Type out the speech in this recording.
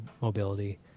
mobility